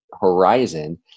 horizon